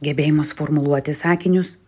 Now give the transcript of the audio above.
gebėjimas formuluoti sakinius